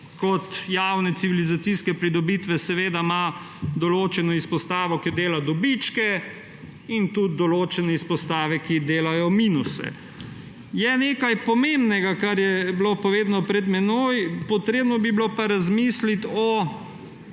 kot javnih civilizacijskih pridobitev ima seveda določeno izpostavo, ki dela dobičke, in tudi določene izpostave, ki delajo minuse. Nekaj pomembnega je, kar je bilo povedano pred menoj. Potrebno bi bilo razmisliti o